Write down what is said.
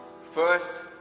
First